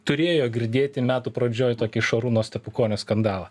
turėjo girdėti metų pradžioj tokį šarūno stepukonio skandalą